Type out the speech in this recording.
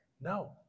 No